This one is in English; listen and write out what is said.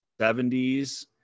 70s